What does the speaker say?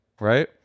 right